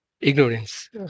ignorance